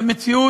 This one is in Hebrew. מצבנו